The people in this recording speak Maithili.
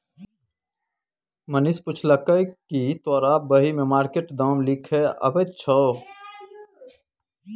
मनीष पुछलकै कि तोरा बही मे मार्केट दाम लिखे अबैत छौ